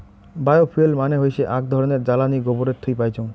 bio fuel মানে হৈসে আক ধরণের জ্বালানী গোবরের থুই পাইচুঙ